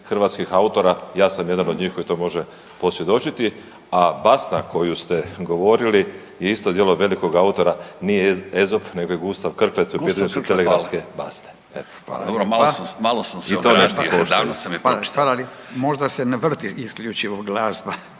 hrvatskih autora, ja sam jedan od njih koji to može posvjedočiti. A Basta koju ste govorili isto je djelo velikog autora, nije Ezop nego je Gustav Krklec u okviru …/Govornik se